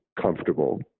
comfortable